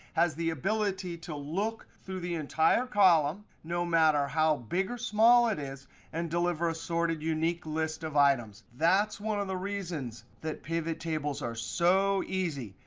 has the ability to look through the entire column no matter how big or small it is and deliver a sorted unique list of items. that's one of the reasons that pivottables are so easy.